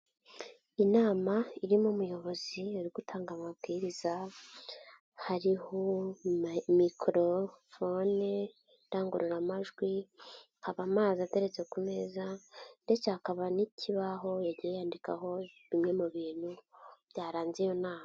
Inama irimo umuyobozi uri gutanga amabwiriza, hariho mikorofone indangururamajwi, haba amazi ataretse ku meza ndetse hakaba n'ikibaho yagiye yandikaho bimwe mu bintu byaranze iyo nama.